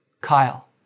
Kyle